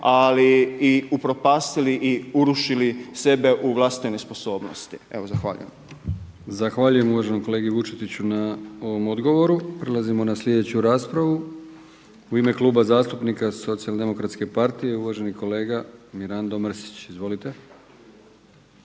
ali upropastili i urušili sebe u vlastitoj nesposobnosti. Zahvaljujem. **Brkić, Milijan (HDZ)** Zahvaljujem uvaženom kolegi Vučetiću na ovom odgovoru. Prelazimo na sljedeću raspravu. U ime Kluba zastupnika SDP-a uvaženi kolega Mirando Mrsić. Izvolite.